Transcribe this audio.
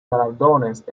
galardones